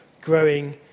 growing